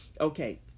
okay